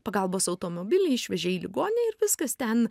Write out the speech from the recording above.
pagalbos automobilį išvežė į ligoninę ir viskas ten